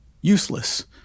useless